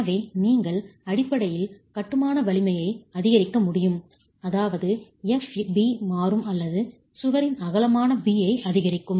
எனவே நீங்கள் அடிப்படையில் கட்டுமான வலிமையை அதிகரிக்க முடியும் அதாவது Fb மாறும் அல்லது சுவரின் அகலமான b ஐ அதிகரிக்கும்